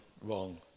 wrong